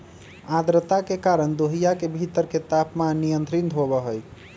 आद्रता के कारण देहिया के भीतर के तापमान नियंत्रित होबा हई